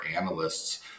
analysts